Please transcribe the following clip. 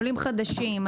עולים חדשים,